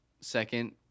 second